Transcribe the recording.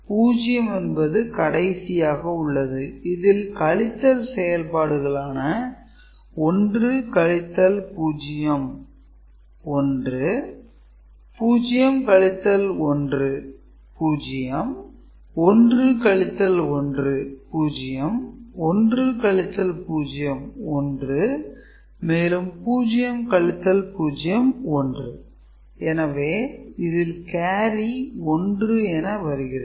0 என்பது கடைசியாக உள்ளது இதில் கழித்தல் செயல்பாடுகளான 1 - 0 1 0 - 1 0 1 - 1 0 1 - 0 1 மேலும் 0 - 0 1 எனவே இதில் கேரி 1 என வருகிறது